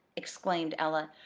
exclaimed ella.